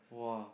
!wah!